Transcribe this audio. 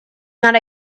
not